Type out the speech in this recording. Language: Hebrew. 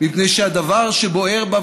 מפני שהדבר שבוער בה,